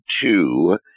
two